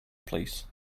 please